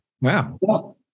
Wow